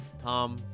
Tom